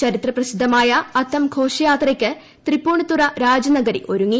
ചരിത്ര പ്രസിദ്ധമായ അത്തം ഘോഷയാത്രയ്ക്ക് തൃപ്പൂണിത്തുറ രാജനഗരി ഒരുങ്ങി